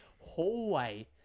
hallway